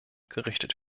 gerichtet